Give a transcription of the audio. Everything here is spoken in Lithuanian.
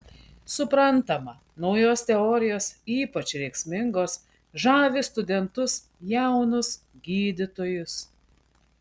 suprantama naujos teorijos ypač rėksmingos žavi studentus jaunus gydytojus